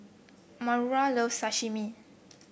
Maura loves Sashimi